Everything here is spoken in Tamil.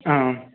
ஆ ஆ